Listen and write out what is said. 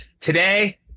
Today